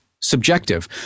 subjective